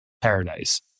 paradise